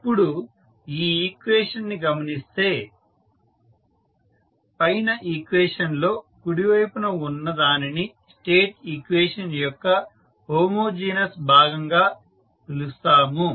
ఇప్పుడు ఈ ఈక్వేషన్ ని గమనిస్తే పైన ఈక్వేషన్ లో కుడి వైపున ఉన్న దానిని స్టేట్ ఈక్వేషన్ యొక్క హోమోజీనస్ భాగంగా పిలుస్తాము